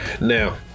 Now